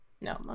No